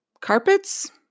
carpets